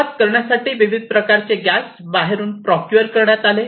सुरुवात करण्यासाठी विविध प्रकारचे गॅस बाहेरून प्रॉक्योर करण्यात आले